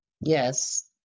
Yes